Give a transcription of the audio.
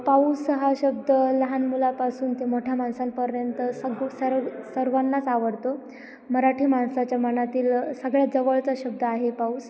पाऊस हा शब्द लहान मुलांपासून ते मोठ्या माणसांपर्यंत सग सर्व सर्वांनाच आवडतो मराठी माणसाच्या मनातील सगळ्या जवळचा शब्द आहे पाऊस